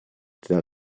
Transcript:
der